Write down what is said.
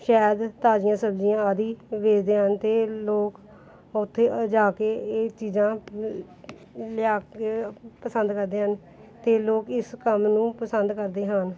ਸ਼ਹਿਦ ਤਾਜ਼ੀਆਂ ਸਬਜ਼ੀਆਂ ਆਦਿ ਵੇਚਦੇ ਹਨ ਅਤੇ ਲੋਕ ਉੱਥੇ ਜਾ ਕੇ ਇਹ ਚੀਜ਼ਾਂ ਲਿਆ ਕੇ ਪਸੰਦ ਕਰਦੇ ਹਨ ਅਤੇ ਲੋਕ ਇਸ ਕੰਮ ਨੂੰ ਪਸੰਦ ਕਰਦੇ ਹਨ